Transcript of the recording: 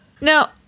Now